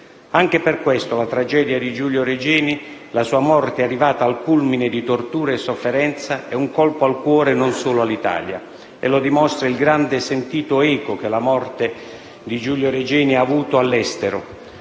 Anche per questo la tragedia di Giulio Regeni, la sua morte arrivata al culmine di torture e sofferenza, è un colpo al cuore non solo dell'Italia. Lo dimostra la grande e sentita eco che la morte di Giulio Regeni ha avuto all'estero.